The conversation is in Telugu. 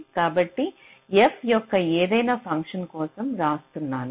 కాబట్టి f యొక్క ఏదైనా ఫంక్షన్ కోసం రాస్తున్నాను